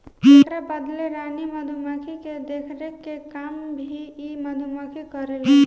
एकरा बदले रानी मधुमक्खी के देखरेख के काम भी इ मधुमक्खी करेले सन